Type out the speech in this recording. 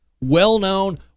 well-known